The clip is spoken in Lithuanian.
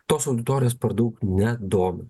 tos auditorijos per daug nedomina